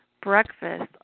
breakfast